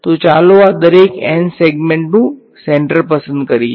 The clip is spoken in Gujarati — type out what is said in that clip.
તો ચાલો આ દરેક n સેગમેન્ટનું સેન્ટર પસંદ કરીએ